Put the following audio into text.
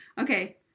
Okay